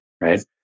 right